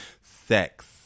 sex